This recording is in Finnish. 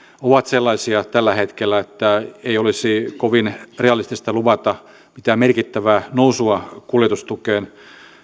ovat sellaisia tällä hetkellä että ei olisi kovin realistista luvata mitään merkittävää nousua kuljetustukeen